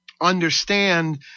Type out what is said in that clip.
Understand